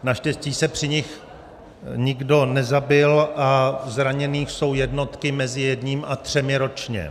Naštěstí se při nich nikdo nezabil a zraněných jsou jednotky, mezi jedním a třemi ročně.